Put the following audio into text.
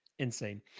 insane